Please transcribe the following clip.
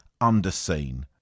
underseen